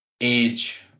age